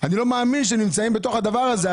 אני לא מאמין שהם נמצאים בתוך הדבר הזה.